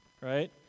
right